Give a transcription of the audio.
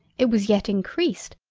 it was yet increased,